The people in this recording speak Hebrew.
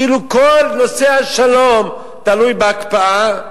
כאילו כל נושא השלום תלוי בהקפאה,